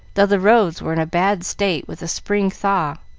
though the roads were in a bad state with a spring thaw.